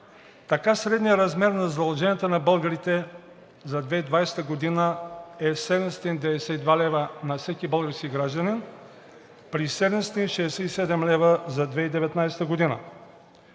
Така средният размер на задълженията на българите за 2020 г. е 792 лв. на всеки български гражданин, при 767 лв. за 2019 г.